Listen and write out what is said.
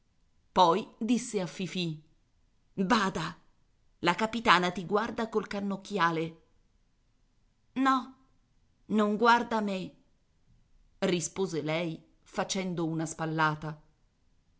poi disse a fifì bada la capitana ti guarda col cannocchiale no non guarda me rispose lei facendo una spallata